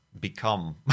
become